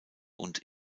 und